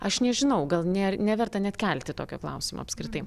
aš nežinau gal nėr neverta net kelti tokio klausimo apskritai